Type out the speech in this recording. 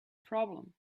problem